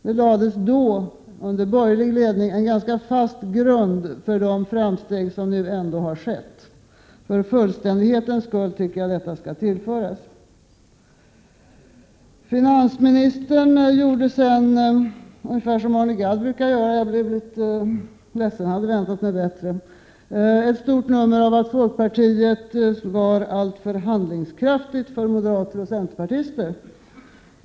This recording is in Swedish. Det lades under den borgerliga ledningen en ganska fast grund för de framsteg som nu ändå har skett. För fullständighetens skull tycker jag att detta skall tilläggas. Finansministern gjorde sedan, ungefär som Arne Gadd brukar göra — jag blev litet ledsen, eftersom jag hade väntat mig bättre —, ett stort nummer av att folkpartiet var alltför handlingskraftigt för moderater och centerpartister.